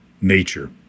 nature